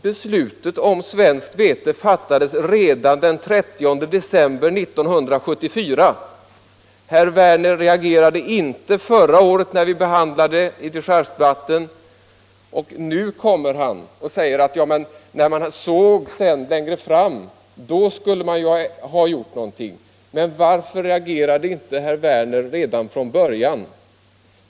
Beslutet om svenskt vete fattades redan den 30 december 1974. Herr Werner reagerade inte förra året, när vi behandlade dechargebetänkandet. Men nu kommer herr Werner och säger att när man såg vartåt det lutade skulle man ha gjort något. Men varför reagerade inte herr Werner redan från början?